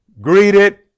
greeted